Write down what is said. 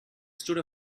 stood